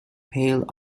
pale